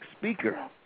speaker